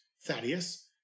Thaddeus